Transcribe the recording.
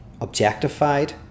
objectified